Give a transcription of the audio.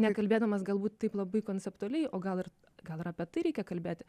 net kalbėdamas galbūt taip labai konceptualiai o gal ir gal ir apie tai reikia kalbėti